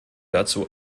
dazu